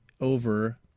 over